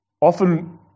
often